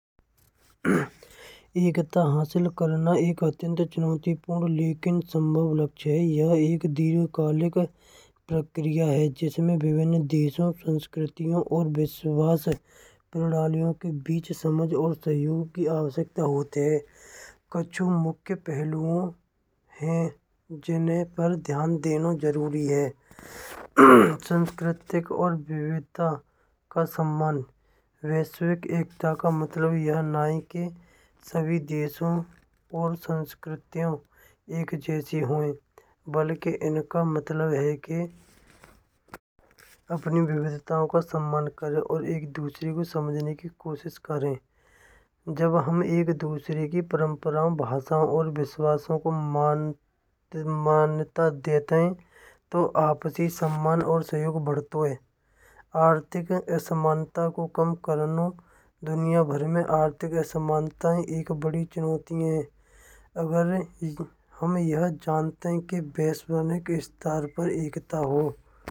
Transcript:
एकता हासिल करना एक अत्यन्त चुनौतीपूर्ण लेकिन सम्भव लक्ष्य है यह एक दीर्घायकाल का प्रक्रिया है। जिसमें विभिन्न देशों संस्कृतियों और विश्वास प्रणालियों के बीच समझ और सहयोग की आवश्यकता होती है। कच्छु मुख्य पहलुओं हैं जिन्हें पर ध्यान देना जरूरी है। सांस्कृतिक और विविधता का सम्मान वैश्विक एकता का मतलब यह नाहीं के सभी देशों और संस्कृतियों एक जैसी होय। बल्कि इनका मतलब है कि अपनी विविधताओं को सम्मान करें और एक दूसरे को समझने की कोशिश करें। जब हम एक दूसरे की परम्पराओं भाषा और विश्वास को तो आपसी समान्तो और सहयोग भरते हुए दुनिया भर में अर्थी बड़ी चुनौती, अगर हमें यह जानते हैं कि बेसब्रो इस्तान पर एकता हो।